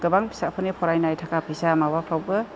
गोबां फिसाफोरनि फरायनाय थाखा फैसा माबाफ्रावबो